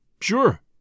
Sure